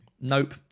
Nope